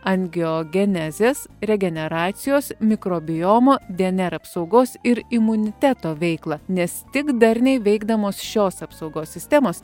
angiogenezės regeneracijos mikrobiomo dnr apsaugos ir imuniteto veiklą nes tik darniai veikdamos šios apsaugos sistemos